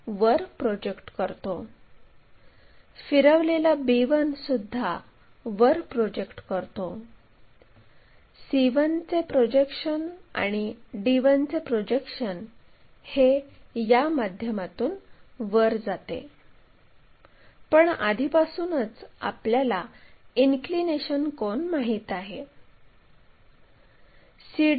आता बिंदू q पासून 120 डिग्रीची लाईन काढावी जेणेकरून ती XY या आडव्या लाईनच्या वर 50 मिमी अंतरावर असलेल्या लाईनला छेदेल